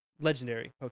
legendary